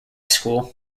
school